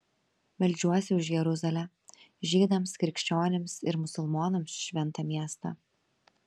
meldžiuosi už jeruzalę žydams krikščionims ir musulmonams šventą miestą